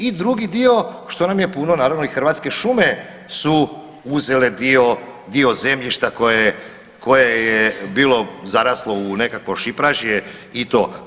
I drugi dio što nam je puno naravno i Hrvatske šume su uzele dio zemljišta koje je bilo zaraslo u nekakvo šipražje i to.